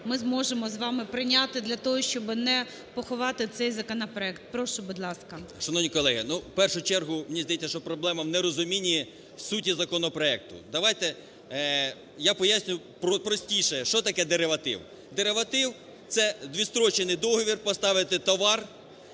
ми зможемо з вами прийняти для того, щоби не поховати цей законопроект. Прошу, будь ласка. 16:42:33 ДЕМЧАК Р.Є. Шановні колеги, в першу чергу, мені здається, що проблема в нерозумінні суті законопроекту. Давайте я поясню простіше, що таке дериватив. Дериватив – це відстрочений договір поставити товар